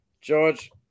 George